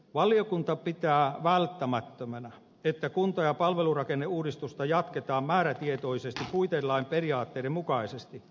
valiokunta pitää välttämättömänä että kunta ja palvelurakenneuudistusta jatketaan määrätietoisesti puitelain periaatteiden mukaisesti